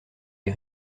les